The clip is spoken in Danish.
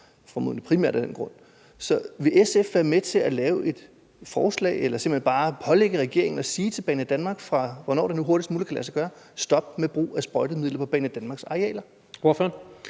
formodentlig primært af den grund. Så vil SF være med til lave et forslag eller simpelt hen bare pålægge regeringen at sige til Banedanmark, at de fra, hvornår det nu hurtigst muligt kan lade sig gøre, skal stoppe brugen af sprøjtemidler på Banedanmarks arealer?